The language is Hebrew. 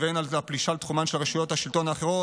והן על הפלישה לתחומן של רשויות השלטון האחרות,